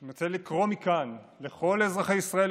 אני רוצה לקרוא מכאן לכל אזרחי ישראל,